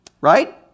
Right